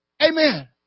Amen